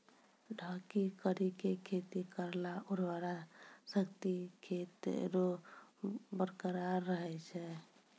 ढकी करी के खेती करला उर्वरा शक्ति खेत रो बरकरार रहे छै